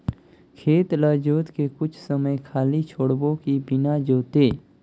खेत ल जोत के कुछ समय खाली छोड़बो कि बिना जोते?